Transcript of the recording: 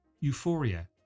Euphoria